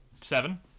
Seven